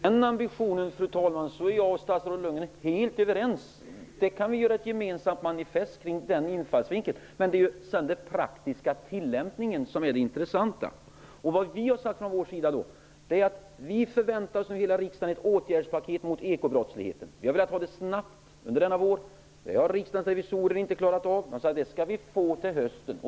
Fru talman! Om den ambitionen är statsrådet Lundgren och jag helt överens. Om den infallsvinkeln kan vi göra ett gemensamt manifest. Men det är den praktiska tillämpningen som är det intressanta. Vi och hela riksdagen förväntar oss ett åtgärdspaket mot ekobrottsligheten. Vi har velat ha det snabbt under denna vår, men det har Riksdagens revisorer inte klarat av. Man har sagt att vi skall få det till hösten.